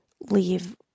leave